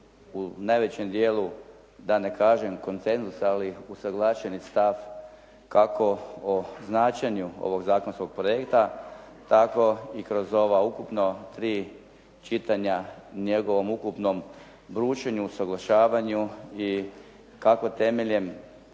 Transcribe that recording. u najvećem dijelu da ne kažem konsenzus ali usaglašeni stav kako o značenju ovog zakonskog projekta tako i kroz ova ukupno tri čitanja njegovom ukupnom brušenju, usaglašavanju i kako temeljem